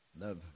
Love